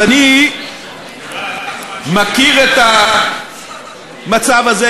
אז אני מכיר את המצב הזה,